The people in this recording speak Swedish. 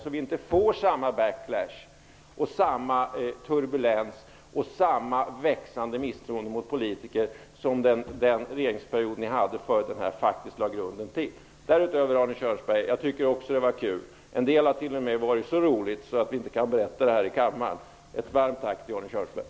Då kan vi undvika att få samma backlash, samma turbulens och samma växande misstroende mot politiker som under den regeringsperiod som föregick och lade grunden till den nuvarande. Till slut, Arne Kjörnsberg: Också jag har tyckt att den här tiden har varit rolig. En del har t.o.m. varit så roligt att vi inte kan berätta det här i kammaren. Ett varmt tack till Arne Kjörnsberg!